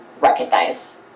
recognize